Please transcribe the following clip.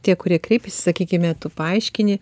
tie kurie kreipiasi sakykime tu paaiškini